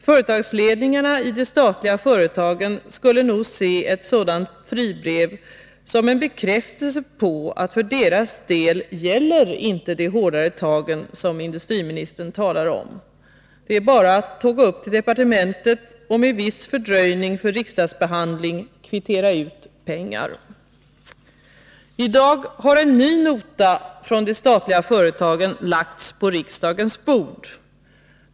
Företagsledningarna i de statliga företagen skulle nog se ett sådant fribrev som en bekräftelse på att de hårdare tag som industriministern talar om inte gällde för deras del. Det är bara att tåga upp till departementet och med viss fördröjning på grund av riksdagsbehandling kvittera ut pengar. I dag har en ny nota från de statliga företagen lagts på riksdagens bord.